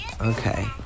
Okay